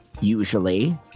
Usually